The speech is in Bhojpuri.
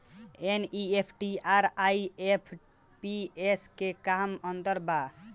एन.ई.एफ.टी आउर आई.एम.पी.एस मे का अंतर बा और आउर कौना से पैसा पहिले पहुंचेला?